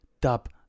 dub